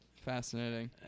Fascinating